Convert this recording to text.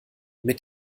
mit